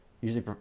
Usually